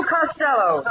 Costello